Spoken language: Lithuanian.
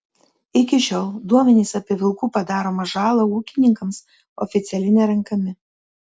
iki šiol duomenys apie vilkų padaromą žalą ūkininkams oficialiai nerenkami